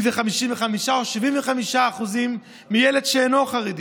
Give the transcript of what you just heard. אם זה 55% או 75% מילד שאינו חרדי.